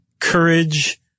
courage